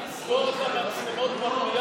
אתה בעד לסגור את המצלמות במליאה?